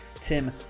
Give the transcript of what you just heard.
Tim